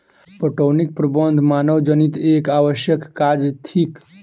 पटौनीक प्रबंध मानवजनीत एक आवश्यक काज थिक